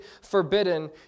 forbidden